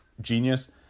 genius